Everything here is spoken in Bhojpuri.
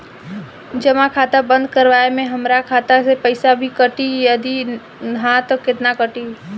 जमा खाता बंद करवावे मे हमरा खाता से पईसा भी कटी यदि हा त केतना कटी?